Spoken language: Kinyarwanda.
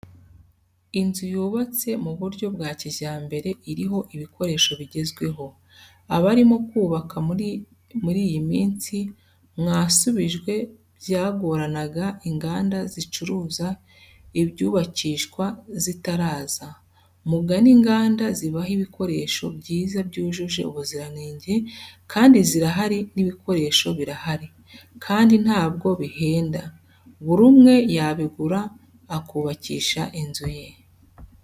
Inzu yubatse mu buryo bwa kijyambere iriho ibikoresho bigezweho, abarimo kubaka muri y'iminsi mwasubijwe byagoranaga inganda zicuruza ibyubakishwa zitaraza, mugane inganda zibahe ibikoresho byiza byujuje ubuziranenge kandi zirahari n'ibikoresho birahari kandi ntabwo bihenda, buri umwe yabigura akubakisha inzu ye.